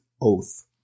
oath